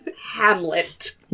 Hamlet